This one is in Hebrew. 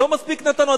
לא מספיק נתנו?